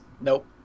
Nope